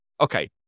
okay